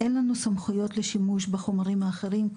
אין לנו סמכויות לשימוש בחומרים האחרים,